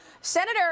Senator